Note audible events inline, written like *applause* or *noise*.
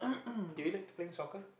*noise* do you like to playing soccer